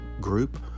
group